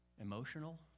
emotional